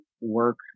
work